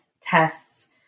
tests